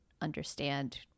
understand